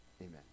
amen